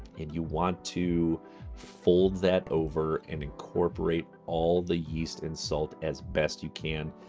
and you want to fold that over and incorporate all the yeast and salt as best you can.